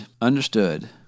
understood